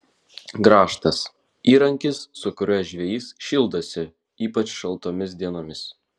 grąžtas įrankis su kuriuo žvejys šildosi ypač šaltomis dienomis